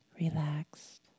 Relaxed